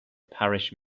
parish